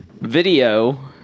video